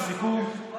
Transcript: בסיכום,